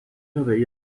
avei